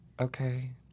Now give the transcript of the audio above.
okay